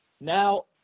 now